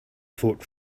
fought